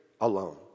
alone